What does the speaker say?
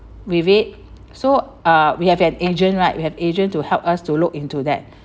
with it so uh we have an agent right we have agent to help us to look into that